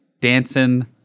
dancing